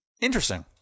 interesting